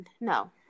no